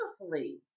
beautifully